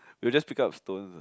you just pick up a stone